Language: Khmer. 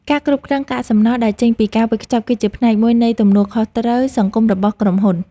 ការគ្រប់គ្រងកាកសំណល់ដែលចេញពីការវេចខ្ចប់គឺជាផ្នែកមួយនៃទំនួលខុសត្រូវសង្គមរបស់ក្រុមហ៊ុន។